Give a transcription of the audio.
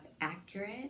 accurate